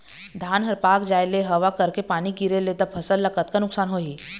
धान हर पाक जाय ले हवा करके पानी गिरे ले त फसल ला कतका नुकसान होही?